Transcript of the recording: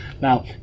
Now